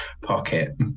pocket